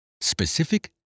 specific